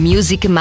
Music